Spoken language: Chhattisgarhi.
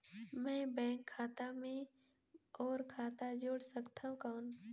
मैं बैंक खाता मे और खाता जोड़ सकथव कौन?